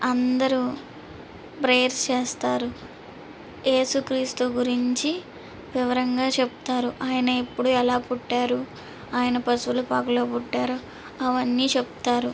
అందరూ ప్రేయర్ చేస్తారు ఏసుక్రీస్తు గురించి వివరంగా చెప్తారు అయినా ఎప్పుడు ఎలా పుట్టారు ఆయన పశువుల పాకలో పుట్టారు అవన్నీ చెప్తారు